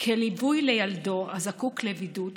כליווי לילדו הזקוק לבידוד,